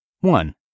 One